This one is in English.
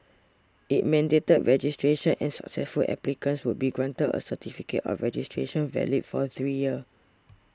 it mandated registration and successful applicants would be granted a certificate of registration valid for three years